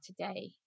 today